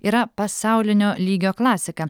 yra pasaulinio lygio klasika